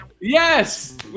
Yes